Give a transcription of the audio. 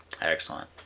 Excellent